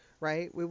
right